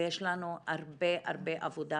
ויש לנו הרבה הרבה עבודה